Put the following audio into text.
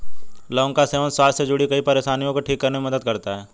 लौंग का सेवन स्वास्थ्य से जुड़ीं कई परेशानियों को ठीक करने में मदद करता है